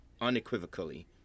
unequivocally